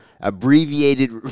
abbreviated